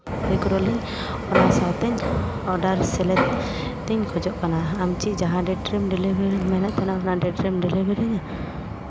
egg roll ᱤᱧ ᱚᱱᱟ ᱥᱟᱶ ᱛᱮᱧ ᱚᱰᱟᱨ ᱥᱮᱞᱮᱫ ᱛᱮᱧ ᱠᱷᱚᱡᱚᱜ ᱠᱟᱱᱟ ᱟᱢ ᱪᱮᱫ ᱡᱟᱦᱟᱸ ᱰᱮᱴᱨᱮ ᱰᱮᱞᱤᱵᱷᱟᱨᱤᱢ ᱢᱮᱱᱮᱫ ᱛᱟᱦᱮᱱᱟ ᱚᱱᱟ ᱰᱮᱴᱨᱮᱢ ᱰᱮᱞᱤᱵᱷᱟᱨᱤ ᱤᱧᱟᱹ